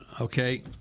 Okay